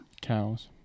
Cows